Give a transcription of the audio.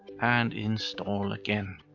and install again.